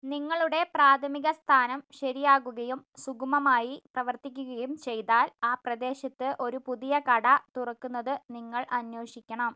നിങ്ങളുടെ പ്രാഥമിക സ്ഥാനം ശരിയാകുകയും സുഗമമായി പ്രവർത്തിക്കുകയും ചെയ്താൽ ആ പ്രദേശത്ത് ഒരു പുതിയ കട തുറക്കുന്നത് നിങ്ങൾ അന്വേഷിക്കണം